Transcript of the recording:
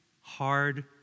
hard